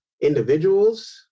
Individuals